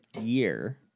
year